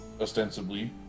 ostensibly